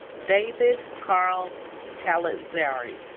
david carl pelizzari